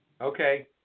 Okay